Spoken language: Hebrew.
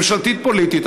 ממשלתית-פוליטית.